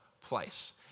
place